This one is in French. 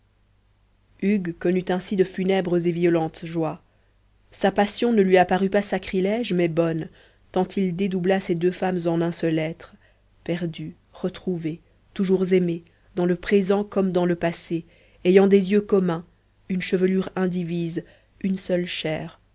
hugues connut ainsi de funèbres et violentes joies sa passion ne lui apparut pas sacrilège mais bonne tant il dédoubla ces deux femmes en un seul être perdu retrouvé toujours aimé dans le présent comme dans le passé ayant des yeux communs une chevelure indivise une seule chair